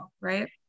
Right